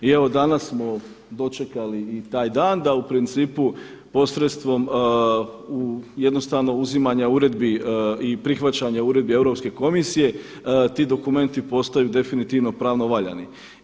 I evo danas smo dočekali i taj dan da u principu posredstvom jednostavno uzimanja uredbi i prihvaćanja uredbi Europske komisije ti dokumenti postaju definitivno pravno valjani.